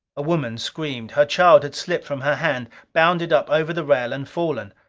a woman screamed her child had slipped from her hand bounded up over the rail and fallen.